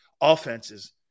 offenses